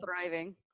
thriving